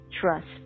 trust